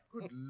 Good